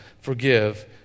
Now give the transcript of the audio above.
forgive